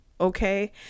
okay